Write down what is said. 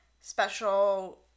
special